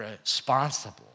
responsible